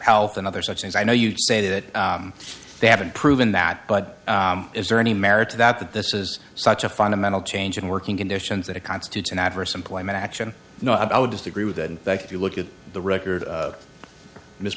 health and other such things i know you'd say that they haven't proven that but is there any merit to that that this is such a fundamental change in working conditions that it constitutes an adverse employment action no i would disagree with that in fact if you look at the record miss